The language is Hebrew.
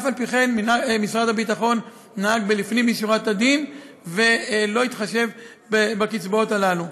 אף-על-פי-כן משרד הביטחון נהג לפנים משורת הדין ולא התחשב בקצבאות הללו.